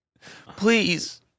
please